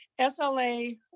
SLA